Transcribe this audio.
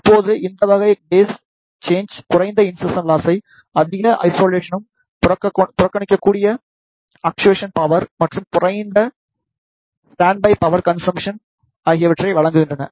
இப்போது இந்த வகை பேஸ் சேன்ஜை குறைந்த இன்சர்சன் லாஸை அதிக ஐசோலேசனும் புறக்கணிக்கக்கூடிய அக்சுவேஷன் பவ்ர்ரும் மற்றும் குறைந்த ஸ்டாண்ட்ப் பை பவர் கன்சம்சன் ஆகியவற்றை வழங்குகின்றன